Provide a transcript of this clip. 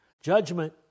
Judgment